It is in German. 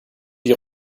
die